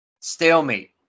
stalemate